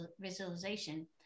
visualization